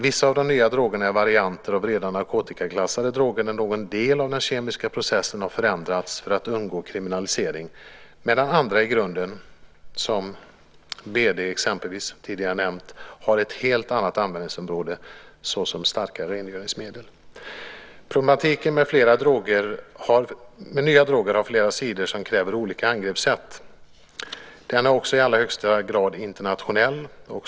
Vissa av de nya drogerna är varianter av redan narkotikaklassade droger där någon del av den kemiska processen har förändrats för att undgå kriminalisering, medan andra som BD, som tidigare nämnts, i grunden har ett helt annat användningsområde såsom starka rengöringsmedel. Problematiken med nya droger har flera sidor som kräver olika angreppssätt. Den är i allra högsta grad internationell.